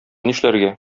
нишләргә